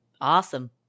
Awesome